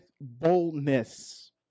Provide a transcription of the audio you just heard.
boldness